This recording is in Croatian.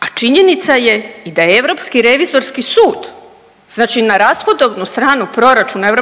a činjenica je da je i Europski revizorski sud znači na rashodovnu proračuna EU